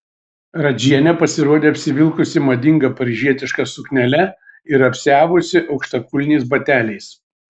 radžienė pasirodė apsivilkusi madinga paryžietiška suknele ir apsiavusi aukštakulniais bateliais